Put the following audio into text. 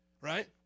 Right